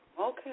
Okay